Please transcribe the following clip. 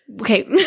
okay